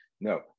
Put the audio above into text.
No